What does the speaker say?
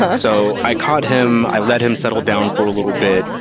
ah so, i caught him, i let him settle down for a little bit.